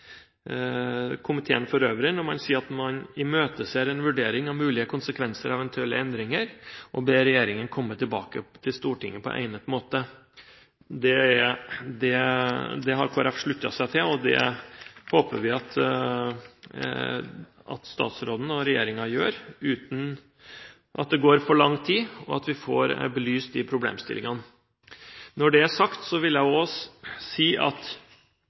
komiteen for øvrig som sier at man «imøteser en vurdering av mulige konsekvenser av eventuelle endringer, og ber regjeringen komme tilbake til Stortinget på egnet måte». Det har Kristelig Folkeparti sluttet seg til, og vi håper at statsråden og regjeringen gjør det uten at det går for lang tid, og at vi får belyst disse problemstillingene. Når det er sagt, vil jeg også si at